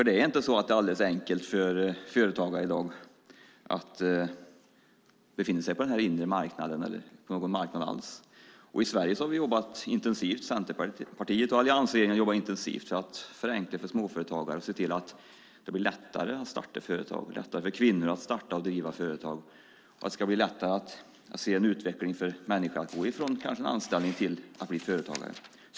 Det är inte så att det är alldeles enkelt för företagare i dag att befinna sig på den inre marknaden eller på någon marknad alls. I Sverige har Centerpartiet och alliansregeringen jobbat intensivt för att förenkla för småföretagare och se till att det blir lättare att starta företag och lättare för kvinnor att starta och driva företag. Det ska bli lättare för människor att se en utveckling i att kanske gå från en anställning till att bli företagare.